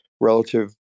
relative